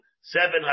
seven